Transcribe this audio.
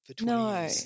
No